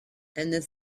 and